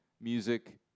music